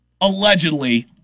allegedly